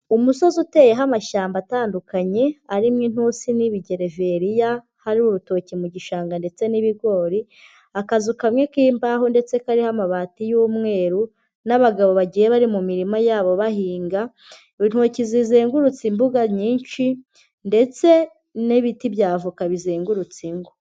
Umusozi uteyeho amashyamba atandukanye, arimo intusi n'ibigereveriya, hari urutoki mu gishanga ndetse n'ibigori, akazu kamwe k'imbaho ndetse kariho amabati y'umweru, n'abagabo bagiye bari mu mirima yabo bahinga, intoki zizengurutse imbuga nyinshi, ndetse n'ibiti bya avoka bizengurutse ingo.